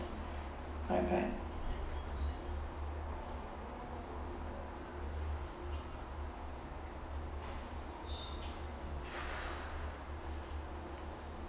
correct correct